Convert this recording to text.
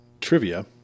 trivia